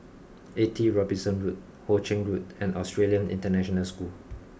eighty Robinson Road Ho Ching Road and Australian International School